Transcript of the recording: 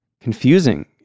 confusing